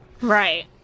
Right